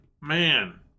Man